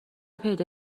پیدا